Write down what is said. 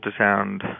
ultrasound